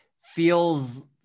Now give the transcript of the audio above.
feels